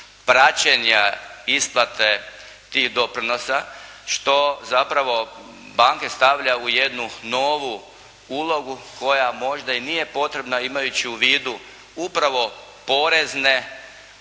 praćenja isplate tih doprinosa, što zapravo banke stavlja u jednu novu ulogu koja možda i nije potrebna imajući u vidu upravo poreznu